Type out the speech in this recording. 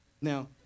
Now